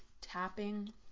tapping